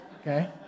okay